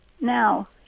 now